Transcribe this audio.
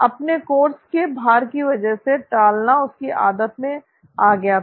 अपने कोर्स के भार की वजह से टालता उसकी आदत में आ गया था